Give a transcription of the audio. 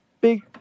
big